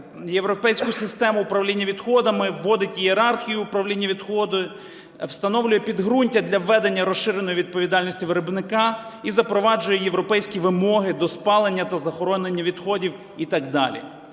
європейську систему управління відходами, вводить ієрархію управління відходами, встановлює підґрунтя для введення розширеної відповідальності виробника і запроваджує європейські вимоги до спалення та захоронення відходів і так далі.